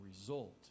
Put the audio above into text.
result